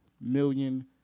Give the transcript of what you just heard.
million